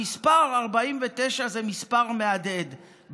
המספר 49 זה מספר מהדהד.